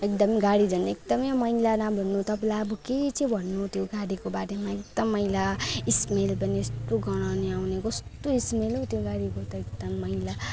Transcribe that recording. एकदम गाडी झन् एकदम मैला न भन्नु तपाईँलाई अब के चाहिँ भन्नु त्यो गाडीको बारेमा एकदम मैला स्मेल पनि यस्तो गनाउने कस्तो स्मेल हौ त्यो गाडीको त एकदम मैला